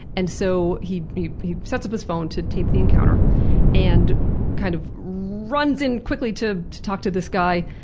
and so he he sets up his phone to tape the encounter and kind of runs in quickly to to talk to this guy,